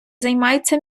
займаються